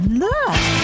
look